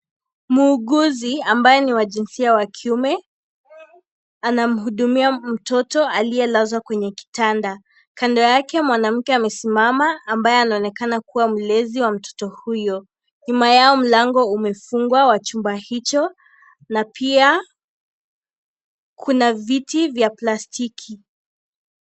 Mwuguzi ambaye ni wa jinsia ya kiume anamhudumia mtoto aliyelazwa kwenye kitanda. Kando yake mwanamke amesimama ambaye anaonekana kuwa ni mlezi wa mtoto huyo. Nyuma yao mlango umefugwa wa chumba hicho na pia kuna viti vya plastiki.